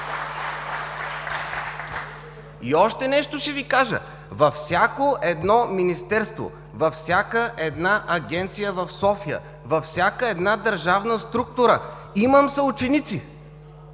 Още нещо ще Ви кажа: във всяко едно министерство, във всяка една агенция в София, във всяка една държавна структура имам съученици,